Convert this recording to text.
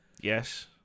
Yes